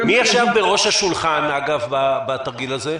מי ישב בראש השולחן בתרגיל הזה?